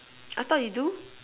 I thought you do